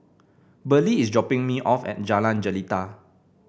Burley is dropping me off at Jalan Jelita